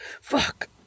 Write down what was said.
Fuck